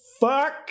fuck